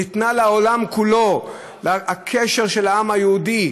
אלא ניתנה לעולם כולו: הקשר של העם היהודי,